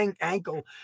ankle